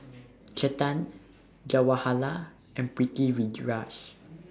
Chetan Jawaharlal and Pritiviraj